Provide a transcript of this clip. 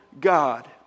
God